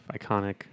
iconic